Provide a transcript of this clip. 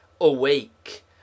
awake